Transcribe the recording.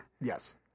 Yes